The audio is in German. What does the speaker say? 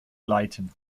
leiten